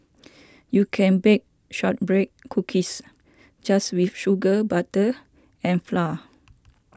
you can bake Shortbread Cookies just with sugar butter and flour